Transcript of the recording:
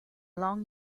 long